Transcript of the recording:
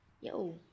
yo